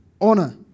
Honor